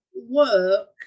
work